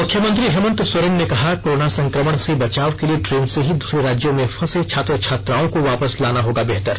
मुख्यमंत्री हेमंत सोरेन ने कहा कोरोना संकमण से बचाव के लिए ट्रेन से ही दूसरे राज्यों त् में फंसे छात्र छात्राओं को वापस लाना होगा बेहतर